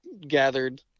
gathered